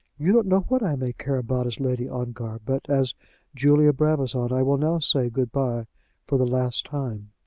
you don't know what i may care about as lady ongar but as julia brabazon i will now say good-by for the last time.